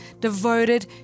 devoted